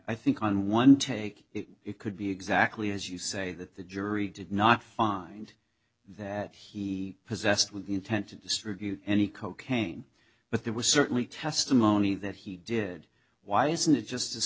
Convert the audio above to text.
i think on one take it could be exactly as you say that the jury did not find that he possessed with the intent to distribute any cocaine but there was certainly testimony that he did why isn't it just